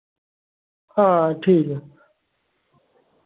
हां ठीक ऐ